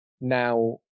now